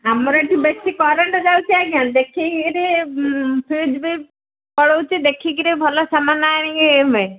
ଆମର ଏଠି ବେଶୀ କରେଣ୍ଟ୍ ଯାଉଛି ଆଜ୍ଞା ଦେଖିକିରି ସୁଇଚ୍ ବି ପଳାଉଛି ଦେଖିକିରି ଭଲ ସାମାନ ଆଣିକି ଆସିବେ